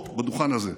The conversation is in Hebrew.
פה בדוכן הזה.